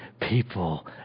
people